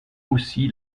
aussi